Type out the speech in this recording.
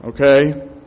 okay